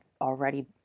already